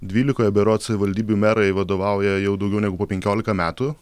dvylikoje berods savivaldybių merai vadovauja jau daugiau negu po penkiolika metų